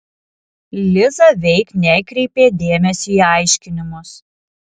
liza veik nekreipė dėmesio į aiškinimus